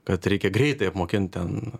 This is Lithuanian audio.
kad reikia greitai apmokint ten